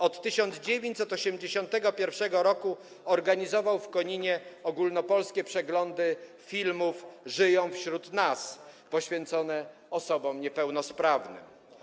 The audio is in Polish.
Od 1981 r. organizował w Koninie ogólnopolskie przeglądy filmów „Żyją wśród nas” poświęcone osobom niepełnosprawnym.